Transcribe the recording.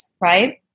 right